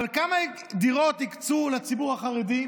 אבל כמה דירות הקצו לציבור החרדי?